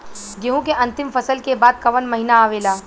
गेहूँ के अंतिम फसल के बाद कवन महीना आवेला?